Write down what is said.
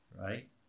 Right